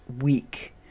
week